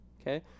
Okay